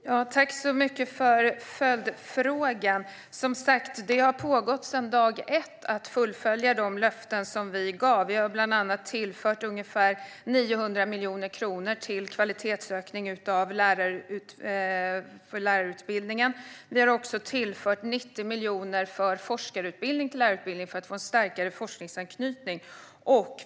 Herr talman! Tack så mycket för följdfrågan! Som sagt har det sedan dag ett pågått ett arbete med att uppfylla de löften som vi gav. Vi har bland annat tillfört ungefär 900 miljoner kronor till kvalitetsökning av lärarutbildningen. Vi har tillfört 90 miljoner för forskarutbildning på lärarutbildningen för att få en starkare forskningsanknytning.